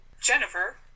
Jennifer